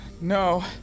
No